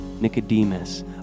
Nicodemus